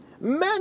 Man